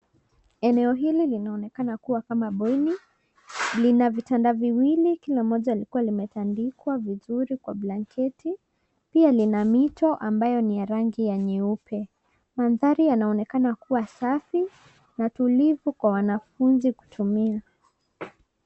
Eneo hili linaonekana kuwa kama bweni, lina vitanda viwili kila moja likiwa limetandikwa vizuri kwa blanketi pia lina mito ambayo ni ya rangi ya nyeupe. Mandhari yanaonekana kuwa safi na tulivu kwa wanafuzi kusomea.